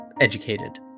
educated